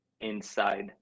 inside